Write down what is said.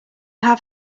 have